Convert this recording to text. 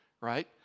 right